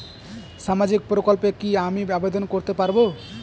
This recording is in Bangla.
সামাজিক প্রকল্পে কি আমি আবেদন করতে পারবো?